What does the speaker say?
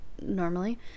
normally